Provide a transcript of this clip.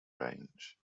range